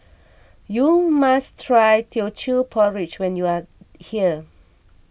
you must try Teochew Porridge when you are here